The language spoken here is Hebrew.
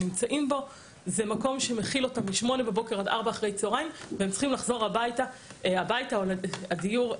זה מקום שמכיל אותם מ-8 עד 16:00 והם צריכים לחזור הביתה או לדיור,